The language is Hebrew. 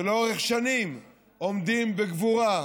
שלאורך שנים עומדים בגבורה,